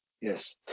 Yes